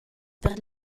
per